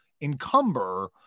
encumber